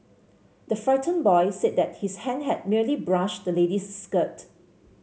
the frightened boy said that his hand had merely brushed the lady's skirt